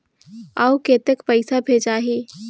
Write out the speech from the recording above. अउ कतेक पइसा भेजाही?